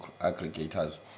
aggregators